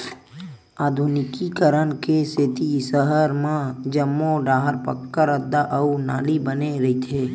आधुनिकीकरन के सेती सहर म जम्मो डाहर पक्का रद्दा अउ नाली बने रहिथे